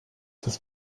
das